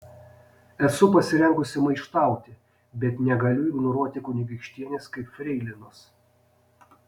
esu pasirengusi maištauti bet negaliu ignoruoti kunigaikštienės kaip freilinos